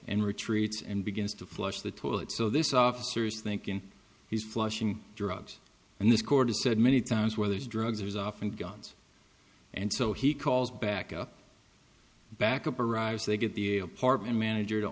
and retreats and begins to flush the toilet so this officers thinking he's flushing drugs and this court has said many times where there's drugs there's often guns and so he calls back up backup arrives they get the apartment manager to